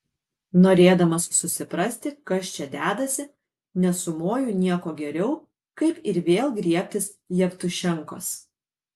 norėdamas susiprasti kas čia dedasi nesumoju nieko geriau kaip ir vėl griebtis jevtušenkos